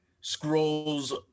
scrolls